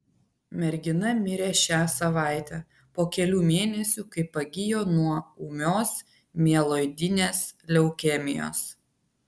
mergina mirė šią savaitę po kelių mėnesių kai pagijo nuo ūmios mieloidinės leukemijos